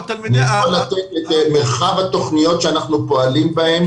אני יכול לתת את מרחב התכניות שאנחנו פועלים בהן,